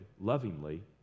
lovingly